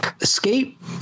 Escape